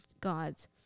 gods